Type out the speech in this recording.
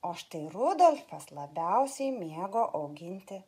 o štai rudolfas labiausiai mėgo auginti